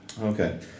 Okay